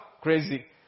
crazy